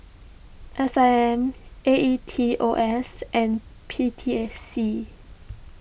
S I M A E T O S and P T S C